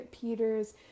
Peters